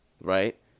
right